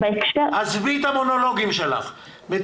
עד המרכיבים כולל, 800